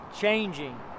changing